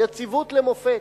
יציבות למופת.